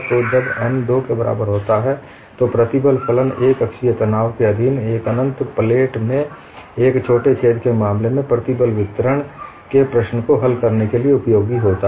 तो जब n 2 के बराबर होता है तो प्रतिबल फलन एकअक्षीय तनाव के अधीन एक अनंत प्लेट में एक छोटे से छेद के मामले में प्रतिबल वितरण के प्रश्न को हल करने के लिए उपयोगी होता है